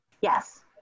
Yes